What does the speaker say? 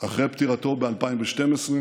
אחרי פטירתו ב-2012,